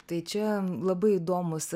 tai čia labai įdomūs